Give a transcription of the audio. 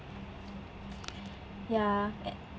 ya a~